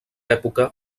època